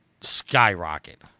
skyrocket